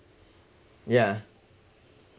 yeah